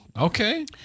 Okay